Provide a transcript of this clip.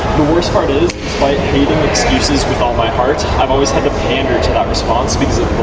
the worst part is, despite hating excuses with all my heart, i've always had to pander to that response because of